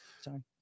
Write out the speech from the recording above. Sorry